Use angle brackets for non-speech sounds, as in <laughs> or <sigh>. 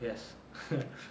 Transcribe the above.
yes <laughs>